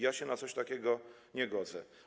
Ja się na coś takiego nie godzę.